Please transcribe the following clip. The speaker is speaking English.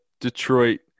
Detroit